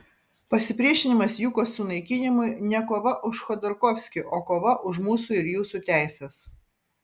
pasipriešinimas jukos sunaikinimui ne kova už chodorkovskį o kova už mūsų ir jūsų teises